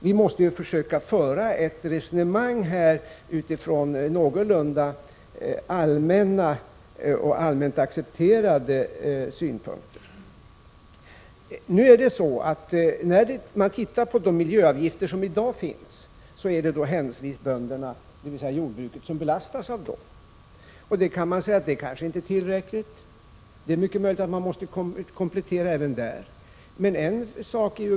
Vi måste ju försöka föra ett resonemang utifrån någorlunda allmänna och allmänt accepterade synpunkter. De miljöavgifter som i dag finns belastar händelsevis bönderna, dvs. jordbruket. Man kanske kan säga att det inte är tillräckligt och att man kanske måste göra kompletteringar.